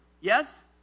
Yes